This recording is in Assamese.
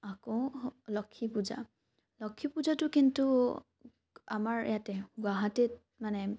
আকৌ লক্ষী পূজা লক্ষী পূজাটো কিন্তু আমাৰ ইয়াতে গুৱাহাটীত মানে